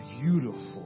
beautiful